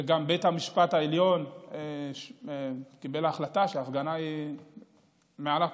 וגם בית המשפט העליון קיבל החלטה שהפגנה היא מעל הכול,